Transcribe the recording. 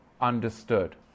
understood